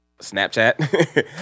Snapchat